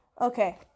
Okay